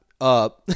up